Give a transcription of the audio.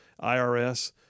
IRS